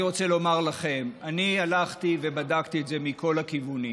אני רוצה לומר לכם: אני הלכתי ובדקתי את זה מכל הכיוונים,